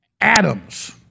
atoms